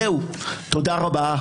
תודה רבה.